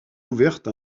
ouverte